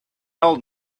old